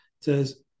says